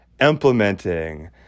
implementing